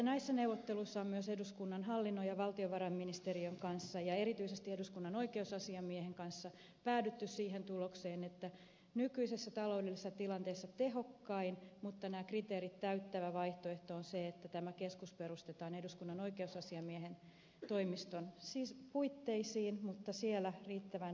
näissä neuvotteluissa on myös eduskunnan hallinnon ja valtiovarainministeriön kanssa ja erityisesti eduskunnan oikeusasiamiehen kanssa päädytty siihen tulokseen että nykyisessä taloudellisessa tilanteessa tehokkain mutta nämä kriteerit täyttävä vaihtoehto on se että tämä keskus perustetaan eduskunnan oikeusasiamiehen toimiston puitteisiin mutta siellä riittävän riippumattomana